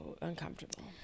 uncomfortable